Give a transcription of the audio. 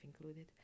included